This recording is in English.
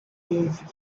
move